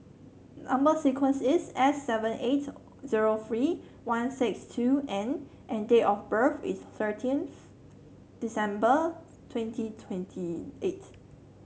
number sequence is S seven eight zero three one six two N and date of birth is thirteenth December twenty twenty eight